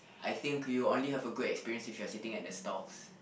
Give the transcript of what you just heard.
I think you only have a good experience if you're sitting at the stalls